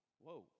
whoa